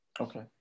Okay